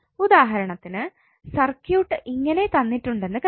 ഉദാഹരണത്തിന് സർക്യൂട്ട് ഇങ്ങനെ തന്നിട്ടുണ്ടെന്ന് കരുതുക